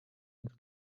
ins